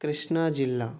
కృష్ణా జిల్లా